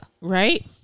right